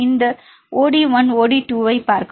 இந்த od 1 மற்றும் od 2 ஐப் பார்க்கவும்